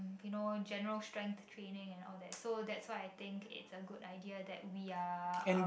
you know general strength training and all that so that's why I think it's a good idea that we are uh